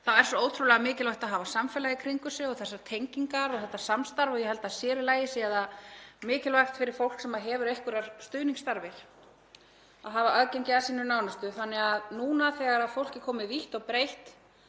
er svo ótrúlega mikilvægt að hafa samfélagið í kringum sig, þessar tengingar og þetta samstarf. Ég held að sér í lagi sé það mikilvægt fyrir fólk sem hefur einhverjar stuðningsþarfir að hafa aðgengi að sínum nánustu. Núna þegar fólk er komið vítt og breitt